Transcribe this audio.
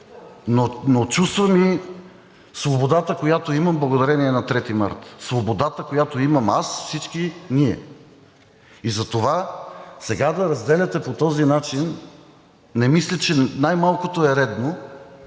Чувствам обаче и свободата, която имам благодарение на 3 март. Свободата, която имам аз, всички ние. Затова сега да разделяте по този начин не мисля, че най-малкото е редно